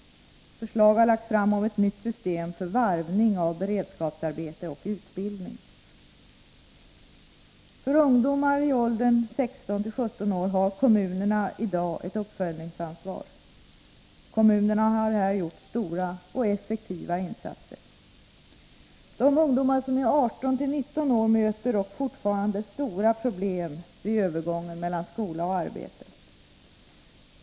Förslag har lagts fram om ett nytt system för varvning av beredskapsarbete och utbildning. För ungdomar i åldern 16-17 år har kommunerna i dag ett uppföljningsansvar. Kommunerna har här gjort stora och effektiva insatser. De ungdomar som är 18-19 år möter dock fortfarande stora problem vid övergången mellan skola och arbete.